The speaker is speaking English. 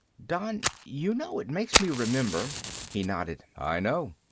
don, you know, it makes me remember he nodded. i know.